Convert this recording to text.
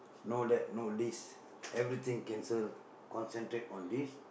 no that no this everything cancel concentrate on this